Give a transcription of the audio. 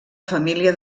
família